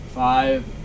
five